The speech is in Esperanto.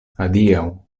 adiaŭ